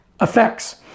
effects